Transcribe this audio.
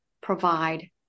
provide